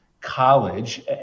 college